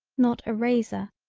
not a razor,